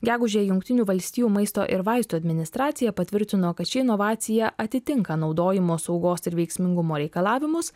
gegužę jungtinių valstijų maisto ir vaistų administracija patvirtino kad ši inovacija atitinka naudojimo saugos ir veiksmingumo reikalavimus